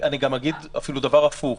אגיד אפילו דבר הפוך,